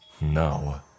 No